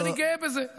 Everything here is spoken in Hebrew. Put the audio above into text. אני גאה בזה.